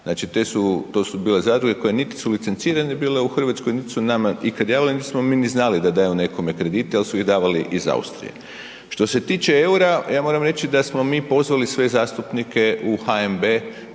Znači to su bile zadruge koje niti su licencirane bile u Hrvatskoj niti su nama nikad javile niti smo znali da daju nekome kredite jel su ih davali iz Austrije. Što se tiče eura, ja moram reći da smo mi pozvali sve zastupnike u HNB